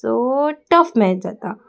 so tough match जाता